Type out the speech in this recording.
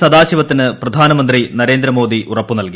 സദാശിവത്തിന് പ്രധാനമന്ത്രി നരേന്ദ്രമോദി ഉറപ്പ് നൽകി